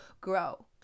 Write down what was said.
grow